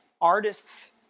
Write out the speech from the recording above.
artists